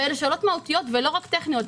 אלה שאלות מהותיות ולא רק טכניות.